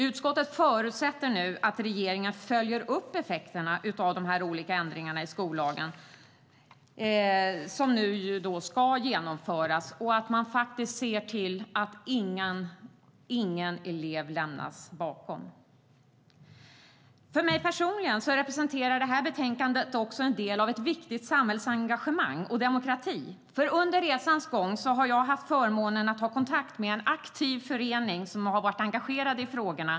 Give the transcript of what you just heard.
Utskottet förutsätter att regeringen följer upp effekterna av de olika ändringarna i skollagen som nu ska genomföras och ser till att ingen elev lämnas utanför. För mig personligen representerar betänkandet också en del av ett viktigt samhällsengagemang och demokrati. Under resans gång har jag haft förmånen att ha kontakt med en aktiv förening som varit engagerad i frågorna.